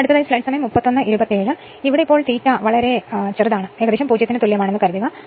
ഇപ്പോൾ ∂ എന്നത് 0 ന് തുല്യമാണെന്ന് വളരെ ചെറുതാണെന്ന് കരുതുക